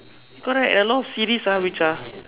correct a lot of series ah which are